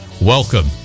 Welcome